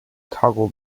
toggle